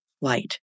light